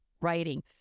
writing